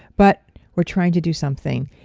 but we're trying to do something.